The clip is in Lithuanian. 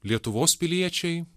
lietuvos piliečiai